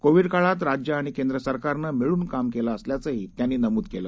Covid काळात राज्य आणि केंद्र सरकारनं मिळून काम केलं असल्याचं त्यांनी नमूद केलं